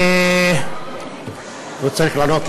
חברי הכנסת,